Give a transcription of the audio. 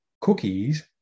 cookies